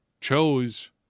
chose